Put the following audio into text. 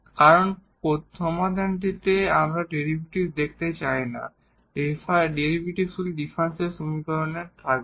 কারণ সমাধানটিতে আমরা ডেরিভেটিভ দেখতে চাই না ডেরিভেটিভগুলি ডিফারেনশিয়াল সমীকরণে থাকবে